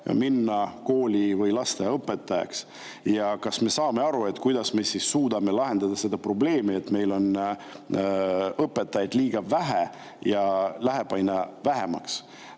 minema kooli- või lasteaiaõpetajaks? Kas me saame aru, kuidas me suudame lahendada seda probleemi, et meil on õpetajaid liiga vähe ja [jääb] aina vähemaks?